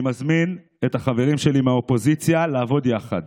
אני מזמין את החברים שלי מהאופוזיציה לעבוד יחד.